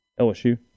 LSU